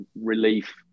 relief